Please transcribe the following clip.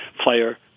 player